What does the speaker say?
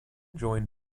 joined